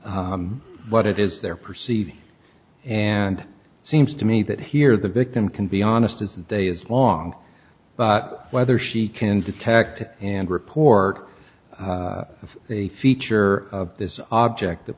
what it is they're perceived and it seems to me that here the victim can be honest as the day is long but whether she can detect and report the feature of this object that